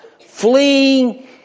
fleeing